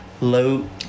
low